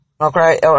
Okay